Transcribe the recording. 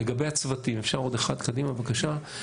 ("מסלול בטוח").